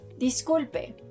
Disculpe